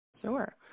Sure